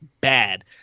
bad